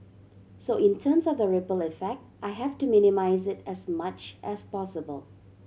so in terms of the ripple effect I have to minimise it as much as possible